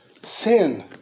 sin